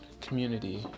community